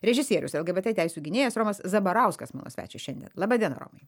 režisierius lgbt teisių gynėjas romas zabarauskas mano svečias šiandien laba diena romai